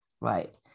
Right